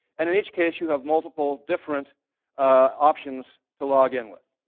and in each case, you have multiple different options to log in with.